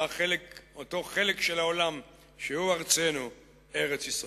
אותו חלק של העולם שהוא ארצנו, ארץ-ישראל.